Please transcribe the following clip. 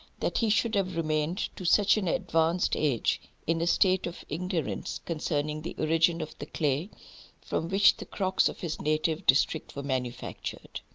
that he should have remained, to such an advanced age, in a state of ignorance concerning the origin of the clay from which the crocks of his native district were manufactured.